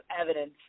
evidence